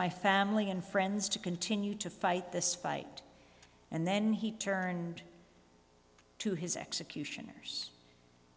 my family and friends to continue to fight this fight and then he turned to his executioners